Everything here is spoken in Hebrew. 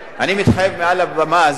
אני מתחייב מעל הבמה הזאת